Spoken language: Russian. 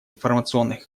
информационных